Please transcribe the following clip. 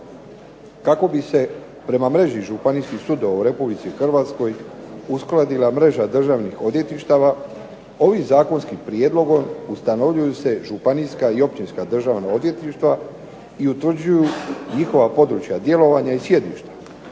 Kako bi se prema mreži županijskih sudova u Republici Hrvatskoj uskladila mreža državnih odvjetništava, ovim zakonskim prijedlogom ustanovljuju se županijska i općinska državna odvjetništva, i utvrđuju njihova područja djelovanja i sjedišta,